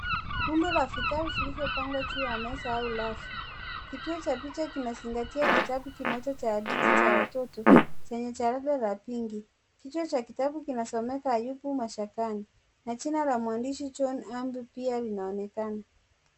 Rundo la vitabu vilivyopangwa juu ya meza au rafu. Kituo cha picha kinazingatia kitabu kimoja cha hadithi cha watoto chenye jaada ya pinki. Kichwa cha kitabu kinasomeka Ayubu mashakani, na jina la mwandishi John Habwe pia linaonekana.